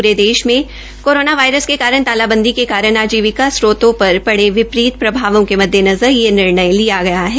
pray देश में corona virus के कारण तालाबंदी के कारण आजीविका स्रोतों पर पड़े विपरीत प्रभावों के मद्देनज़र यह निर्णय लिया गया है